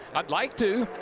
i'd like to.